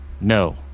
No